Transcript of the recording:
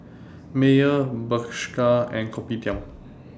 Mayer Bershka and Kopitiam